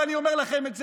ואני אומר לכם את זה,